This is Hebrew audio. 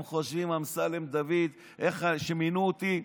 הם חושבים: אמסלם דוד, איך שמינו אותי,